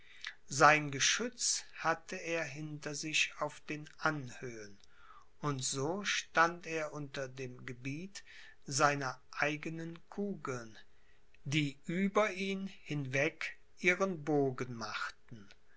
sein geschütz hatte er hinter sich auf den anhöhen und so stand er unter dem gebiet seiner eigenen kugeln die über ihn hinweg ihren bogen machten